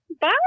Bye